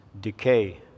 decay